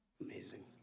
amazing